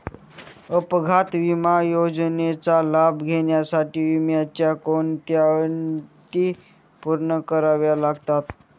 अपघात विमा योजनेचा लाभ घेण्यासाठी विम्याच्या कोणत्या अटी पूर्ण कराव्या लागतात?